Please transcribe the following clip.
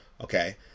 okay